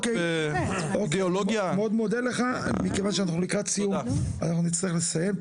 אני מאוד מודה לך ומכיוון שאנחנו לקראת סיום נצטרך לסיים.